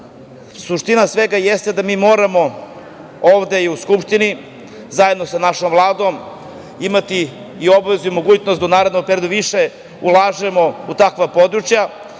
života. Suština svega jeste da mi moramo ovde i u Skupštini zajedno sa našom Vladom imati i obavezu i mogućnost da u narednom periodu više ulažemo u takva područja,